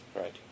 Right